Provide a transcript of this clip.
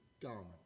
garment